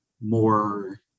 more